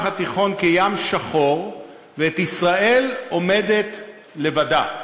התיכון כים שחור ואת ישראל עומדת לבדה.